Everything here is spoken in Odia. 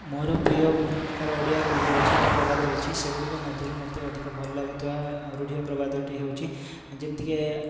ମୋର ପ୍ରିୟ ବିଭିନ୍ନ ପ୍ରକାର ଓଡ଼ିଆ ରୂଢ଼ି ରହିଛି ବା ପ୍ରବାଦ ରହିଛି ସେଗୁଡ଼ିକ ମଧ୍ୟରୁ ମୋତେ ଅଧିକ ଭଲ ଲାଗୁଥୁବା ରୂଢ଼ି ଓ ପ୍ରବାଦଟି ହେଉଛି ଯେମତିକି ଆଁ